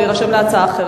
לרשום להצעה אחרת.